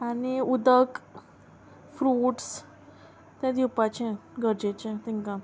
आनी उदक फ्रुट्स तें दिवपाचे गरजेचे तांकां